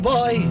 Boy